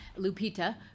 Lupita